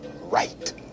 Right